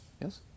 Yes